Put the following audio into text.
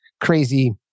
crazy